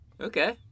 Okay